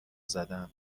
زدم